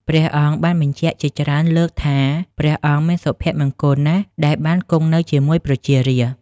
ព្រះអង្គបានបញ្ជាក់ជាច្រើនលើកថា ព្រះអង្គមានសុភមង្គលណាស់ដែលបានគង់នៅជាមួយប្រជារាស្ត្រ។